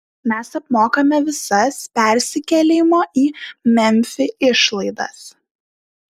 mes apmokame visas persikėlimo į memfį išlaidas